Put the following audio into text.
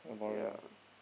ya